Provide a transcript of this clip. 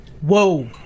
Whoa